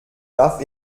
darf